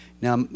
Now